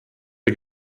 der